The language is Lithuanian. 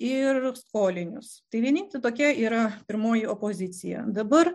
ir skolinius tai vienintelė tokia yra pirmoji opozicija dabar